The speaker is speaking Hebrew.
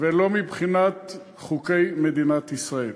ולא מבחינת חוקי מדינת ישראל.